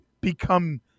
become